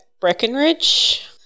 breckenridge